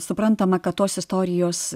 suprantama kad tos istorijos